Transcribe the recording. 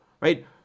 right